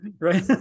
Right